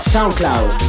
SoundCloud